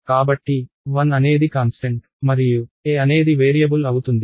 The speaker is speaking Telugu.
కాబట్టి 1 అనేది కాన్స్టెంట్ మరియు a అనేది వేరియబుల్ అవుతుంది